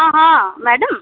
हा हा मैडम